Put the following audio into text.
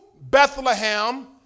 Bethlehem